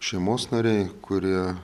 šeimos nariai kurie